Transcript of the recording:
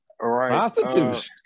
right